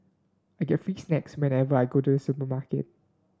I get free snacks whenever I go to supermarket